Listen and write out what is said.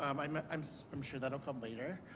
um i mean i'm so i'm sure that will come later.